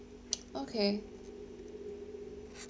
okay